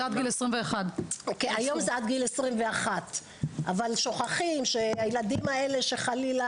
זה עד גיל 21. היום זה עד גיל 21 אבל שוכחים שהילדים האלה שחלילה